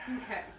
Okay